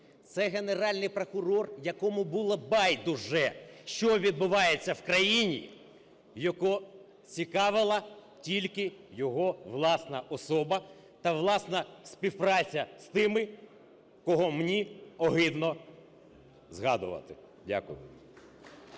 Це Генеральний прокурор, якому було байдуже, що відбувається в країні, його цікавила тільки його власна особа та власна співпраця з тими, кого мені огидно згадувати. Дякую.